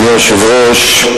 אדוני היושב-ראש,